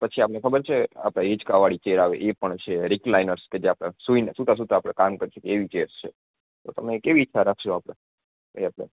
પછી આપને ખબર છે આપણે હીંચકા વાળી ચેર આવે એ પણ છે રિકલાયનર્સ જે આપણે સૂઈને સૂતા સૂતા આપણે કામ કરી શકીએ એવી ચેર તો તમે કેવી ઈચ્છા રાખશો આપણે એટલે